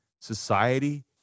society